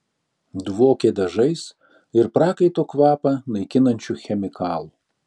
dvokė dažais ir prakaito kvapą naikinančiu chemikalu